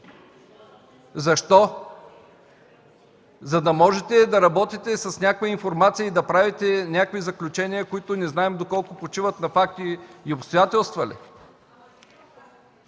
Защо? За да можете да работите с някаква информация и да правите някои заключения, които не знаем доколко почиват на факти и обстоятелства ли?